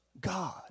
God